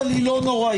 אבל היא לא נוראית.